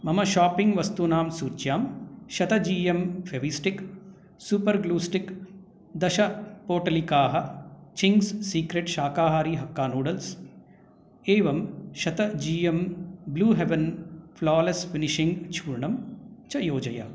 मम शाप्पिङ्ग् वस्तूनां सूच्यां शत G M Fevistik super glue stick दशपोटलिका चिङ्ग्स् सीक्रेट् शाकाहारी हक्का नूडल्स् एवं शत G M blue heaven flawless finishing चूर्णं च योजय